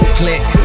click